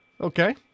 Okay